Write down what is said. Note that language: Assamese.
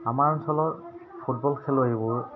আমাৰ অঞ্চলৰ ফুটবল খেলুৱৈবোৰ